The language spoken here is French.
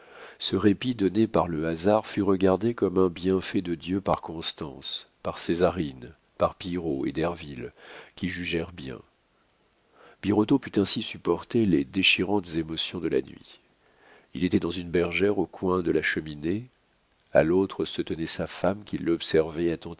ce répit donné par le hasard fut regardé comme un bienfait de dieu par constance par césarine par pillerault et derville qui jugèrent bien birotteau put ainsi supporter les déchirantes émotions de la nuit il était dans une bergère au coin de la cheminée à l'autre se tenait sa femme qui l'observait